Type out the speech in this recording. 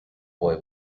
boy